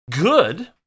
good